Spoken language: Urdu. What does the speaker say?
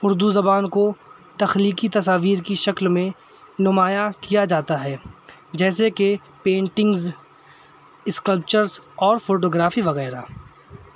اردو زبان کو تخلیقی تصاویر کی شکل میں نمایاں کیا جاتا ہے جیسے کہ پینٹنگس اسکلپچرس اور فوٹوگرافی وغیرہ